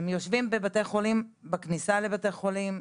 הם יושבים בכניסה לבתי חולים.